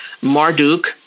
Marduk